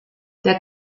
der